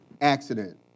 accident